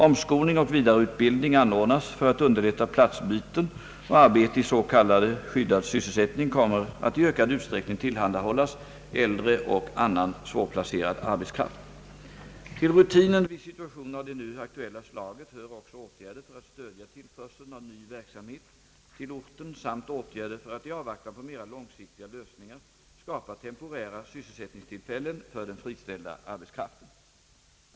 Omskolning och vidareutbildning anordnas för att underlätta platsbyten, och arbete i s.k. skyddad sysselsätt ning kommer att i ökad utsträckning tillhandahållas äldre och annan svårplacerad arbetskraft. Till rutinen vid situationer av det nu aktuella slaget hör också åtgärder för att stödja tillförseln av ny verksamhet till orten samt åtgärder för att i avvaktan på mera långsiktiga lösningar, skapa temporära sysselsättningstillfällen för den friställda arbetskraften.